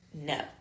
no